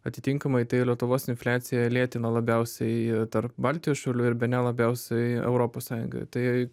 atitinkamai tai lietuvos infliaciją lėtina labiausiai tarp baltijos šalių ir bene labiausiai europos sąjungoj tai